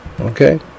Okay